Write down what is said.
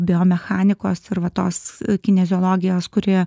biomechanikos ir va tos kineziologijos kuri